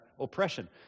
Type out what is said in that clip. oppression